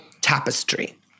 tapestry